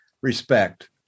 respect